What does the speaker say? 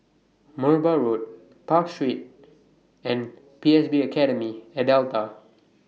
Merbau Road Park Street and P S B Academy At Delta